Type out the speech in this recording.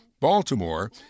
Baltimore